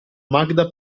magda